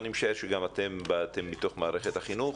אני משער שגם אתם באתם מתוך מערכת החינוך,